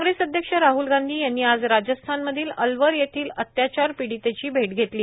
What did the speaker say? कांग्रेस अध्यक्ष राहल गांधी यांनी आज राजस्थानमधील अलवर येथील अत्याचार पिडीतेची भेट घेतली